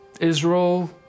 Israel